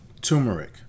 Turmeric